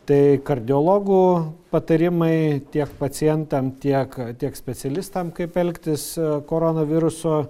tai kardiologų patarimai tiek pacientam tiek tiek specialistam kaip elgtis koronaviruso